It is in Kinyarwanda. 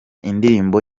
indirimbo